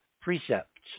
precepts